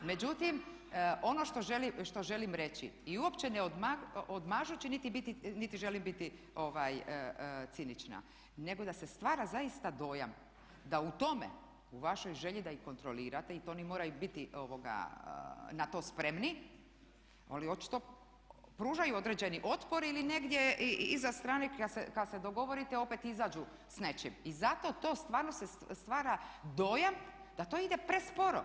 Međutim, ono što želim reći i uopće ne odmažući niti želim biti cinična nego da se stvara zaista dojam da u tome u vašoj želji da ih kontrolirate i to oni moraju biti na to spremni ali očito pružaju određeni otpor ili negdje iza strane kad se dogovorite opet izađu s nečim i zato to stvarno se stvara dojam da to ide presporo.